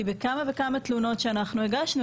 כי בכמה וכמה תלונות שאנחנו הגשנו,